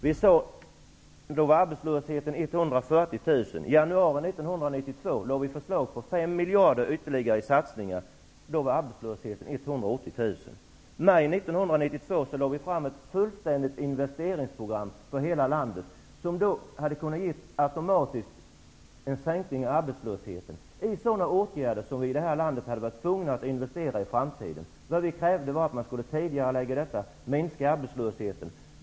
Då var antalet arbetslösa 140 000. I januari 1992 lade vi fram förslag om ytterligare 5 miljarder till satsningar. Arbetslösheten låg då på 180 000. I maj 1992 lade vi fram ett fullständigt investeringsprogram för hela landet. Det hade automatiskt kunnat ge en minskning av arbetslösheten. Det bestod av sådana åtgärder som vi i detta land i framtiden hade varit tvungna att investera i. Vad vi krävde var att man skulle tidigarelägga dessa åtgärder för att minska arbetslösheten.